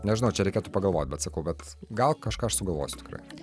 nežinau čia reikėtų pagalvot bet sakau bet gal kažką aš sugalvosiu tikrai